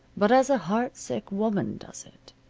but as a heart-sick woman does it.